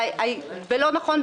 ולא נכון,